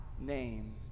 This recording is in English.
name